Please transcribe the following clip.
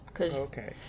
Okay